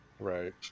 Right